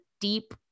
deep